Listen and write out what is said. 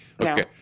Okay